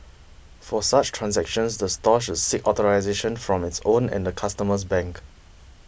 for such transactions the store should seek authorisation from its own and the customer's bank